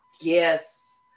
yes